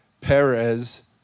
Perez